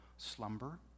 slumber